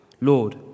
Lord